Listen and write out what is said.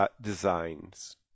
designs